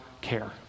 care